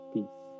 Peace